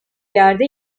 yerde